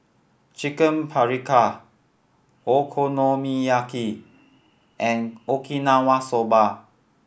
Chicken Paprika Okonomiyaki and Okinawa Soba